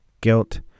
guilt